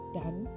done